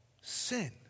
Sin